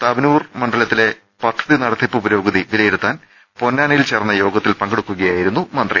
താവനൂർ മണ്ഡല ത്തിലെ പദ്ധതി നടത്തിപ്പ് പുരോഗതി വിലയിരുത്താൻ പൊന്നാനി യിൽ ചേർന്ന യോഗൃത്തിൽ പങ്കെടുക്കുകയായിരുന്നു മന്ത്രി